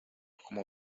como